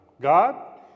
god